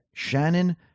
Shannon